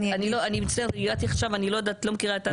אני מצטערת, הגעתי עכשיו ואני לא מכירה הכול.